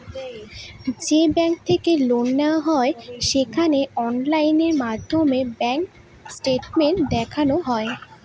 যে ব্যাঙ্ক থেকে লোন নেওয়া হয় সেখানে অনলাইন মাধ্যমে ব্যাঙ্ক স্টেটমেন্ট দেখানো হয়